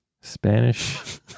spanish